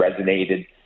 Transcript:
resonated